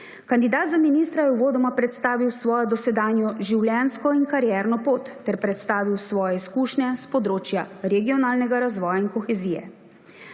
Kandidat za ministra je uvodoma predstavil svojo dosedanjo življenjsko in karierno pot ter predstavil svoje izkušnje s področja regionalnega razvoja in kohezije.